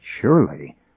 surely